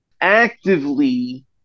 Actively